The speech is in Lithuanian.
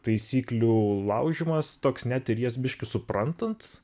taisyklių laužymas toks net ir jas biškį suprantant